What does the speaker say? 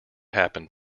happened